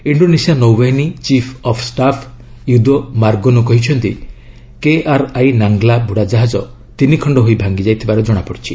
Indonesia ନୌବାହିନୀ chief of staff Yudo Margono କହିଚ୍ଚନ୍ତି KRI Nanggala ବୁଡ଼ା ଜାହାଜ ତିନି ଖଣ୍ଡ ହୋଇ ଭାଙ୍ଗି ଯାଇଥିବାର କଣାପଡ଼ିଛି